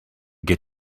get